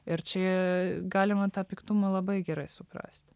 ir čia galima tą piktumą labai gerai suprast